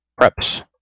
preps